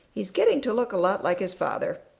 he's getting to look a lot like his father.